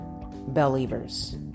Believers